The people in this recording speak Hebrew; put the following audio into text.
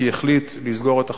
שהחליט לסגור את החקירה,